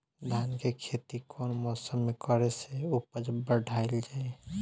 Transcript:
धान के खेती कौन मौसम में करे से उपज बढ़ाईल जाई?